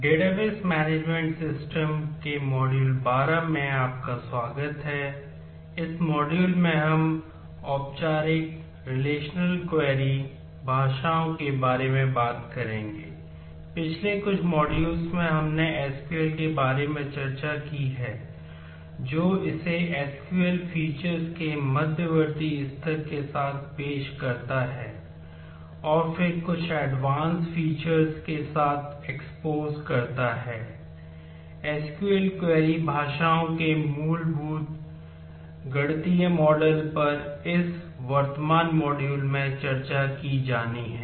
database management system query भाषाओं के मूलभूत गणितीय मॉडल पर इस वर्तमान मॉड्यूल में चर्चा की जानी है